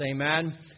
Amen